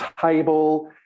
table